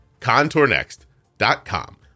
Contournext.com